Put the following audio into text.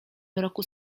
mroku